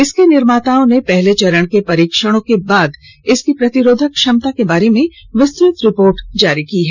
इसके निर्माताओं ने पहले चरण के परीक्षणों के बाद इसकी प्रतिरोधक क्षमता के बारे में विस्तृत रिपोर्ट जारी की है